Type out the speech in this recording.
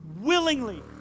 willingly